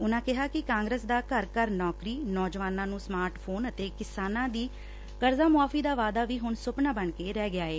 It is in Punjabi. ਉਨੂਾਂ ਕਿਹਾ ਕਿ ਕਾਂਗਰਸ ਦਾ ਘਰ ਘਰ ਨੌਕਰੀ ਨੌਜਵਾਨਾਂ ਨੂੰ ਸਮਾਰਟ ਫੋਨ ਅਤੇ ਕਿਸਾਨਾਂ ਦੀ ਕਰਜ਼ਾ ਮੁਆਫੀ ਦਾ ਵਾਅਦਾ ਹੁਣ ਸੁਪਣਾ ਬਣਕੇ ਰਹਿ ਗਿਆ ਏ